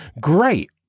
Great